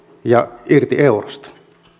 ja irti eurosta